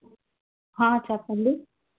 చెప్పండి